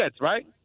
right